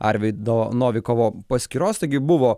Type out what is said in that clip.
arvydo novikovo paskyros taigi buvo